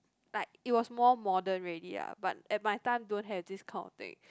like it was more modern already lah but at my time don't have this kind of thing